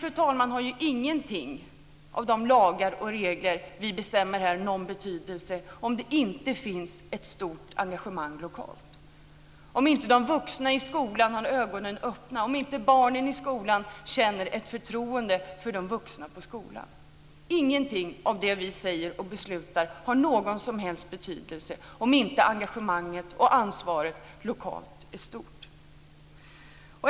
Egentligen har inga av de lagar och regler vi bestämmer här någon betydelse om det inte finns ett stort engagemang lokalt - om inte de vuxna i skolan håller ögonen öppna, om inte barnen i skolan känner förtroende för de vuxna på skolan. Ingenting av det vi säger och beslutar har någon som helst betydelse om inte engagemanget och ansvaret lokalt är stort.